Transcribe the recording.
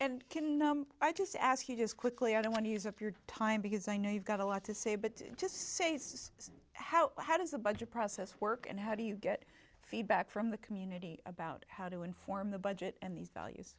and can numb i just ask you just quickly i don't want to use of your time because i know you've got a lot to say but just say since how how does a budget process work and how do you get feedback from the community about how to inform the budget and these values